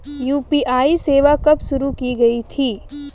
UPI सेवा कब शुरू की गई थी?